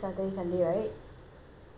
ya this coming saturday sunday